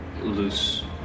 loose